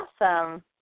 Awesome